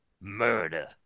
murder